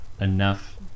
enough